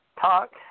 Talk